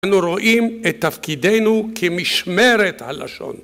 אנחנו רואים את תפקידנו כמשמרת הלשון